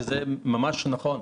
שזה ממש נכון?